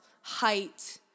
height